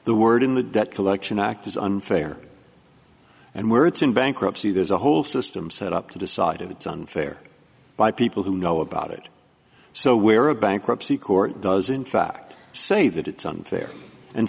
the word in the collection act is unfair and worse in bankruptcy there's a whole system set up to decide it's unfair by people who know about it so where a bankruptcy court does in fact say that it's unfair and